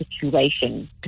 situation